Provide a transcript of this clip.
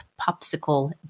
Popsicle